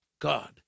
God